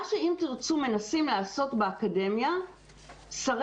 מה ש"אם תרצו" מנסים לעשות באקדמיה שרי